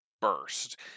burst